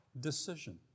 decision